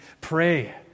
pray